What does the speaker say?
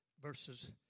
Verses